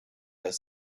their